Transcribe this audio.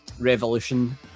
Revolution